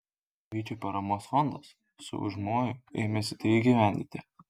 vyčio paramos fondas su užmoju ėmėsi tai įgyvendinti